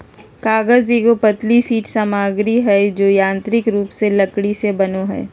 कागज एगो पतली शीट सामग्री हइ जो यांत्रिक रूप से लकड़ी से बनो हइ